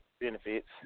benefits